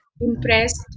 impressed